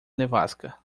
nevasca